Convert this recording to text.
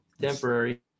Temporary